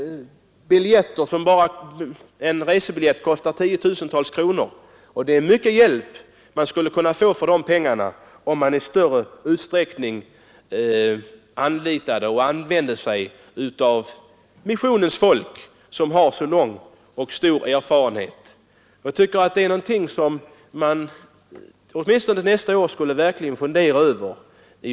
Enbart en resebiljett kan kosta tiotusentals kronor. För dessa pengar skulle man kunna få mycken hjälp, om man i större utsträckning anlitade missionens folk, som har så lång och stor erfarenhet. Det är något utrikesutskottets ledamöter åtminstone nästa år verkligen skulle fundera över.